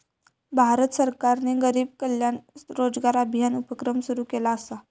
भारत सरकारने गरीब कल्याण रोजगार अभियान उपक्रम सुरू केला असा